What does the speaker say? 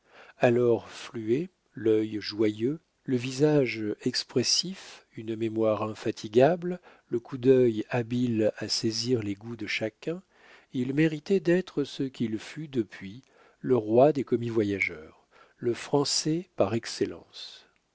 alors fluet l'œil joyeux le visage expressif une mémoire infatigable le coup d'œil habile à saisir les goûts de chacun il méritait d'être ce qu'il fut depuis le roi des commis voyageurs le français par excellence